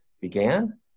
began